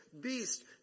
beast